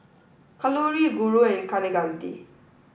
kalluri Guru and Kaneganti